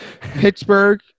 Pittsburgh